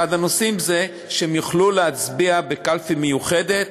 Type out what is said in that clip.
אחד הנושאים הוא שהם יוכלו להצביע בקלפי מיוחדת,